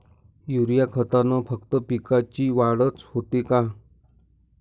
Urea खतानं फक्त पिकाची वाढच होते का?